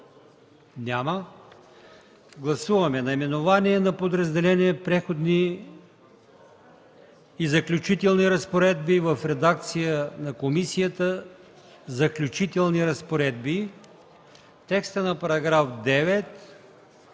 Няма. Гласуваме наименованието на подразделението „Преходни и заключителни разпоредби” в редакция на комисията – „Заключителни разпоредби”, и текста на § 9